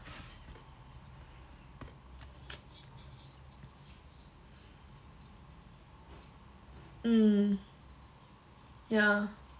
mm yeah